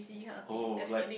oh like